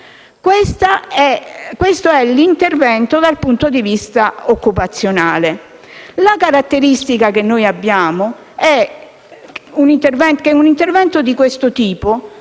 Questo è l'intervento dal punto di vista occupazionale. La caratteristica che osserviamo è che un intervento di questo tipo,